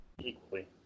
equally